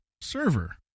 server